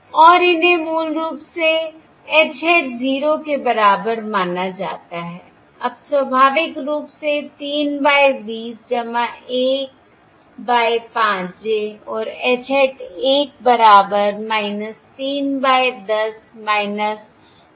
और इन्हें मूल रूप से h hat 0 के बराबर माना जाता है अब स्वाभाविक रूप से 3 बाय 20 1 बाय 5 j और h hat 1 बराबर 3 बाय 10 3 बाय 20 j है